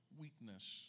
weakness